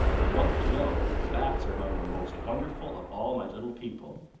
i want you to know that the bats are among the most wonderful of all my little people.